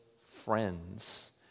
friends